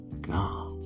gone